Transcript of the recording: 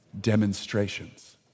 Demonstrations